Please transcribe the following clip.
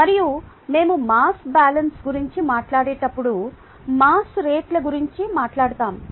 మరియు మేము mass balance గురించి మాట్లాడేటప్పుడు మాస్ రేట్ల గురించి మాట్లాడుతాము